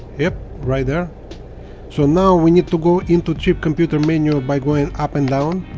yep right there so now we need to go into trip computer menu ah by going up and down